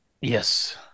Yes